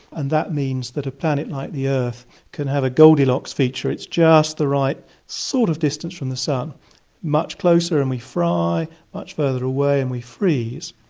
and that means that the planet like the earth can have a goldilocks feature, it's just the right sort of distance from the sun much closer and we fry, much further away and we freeze.